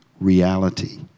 reality